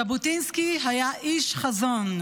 ז'בוטינסקי היה איש חזון,